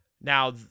Now